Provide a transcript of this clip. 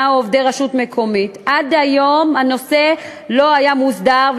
או עובדי רשות מקומית עד היום הנושא לא היה מוסדר,